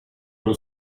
allo